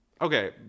Okay